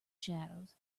shadows